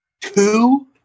Two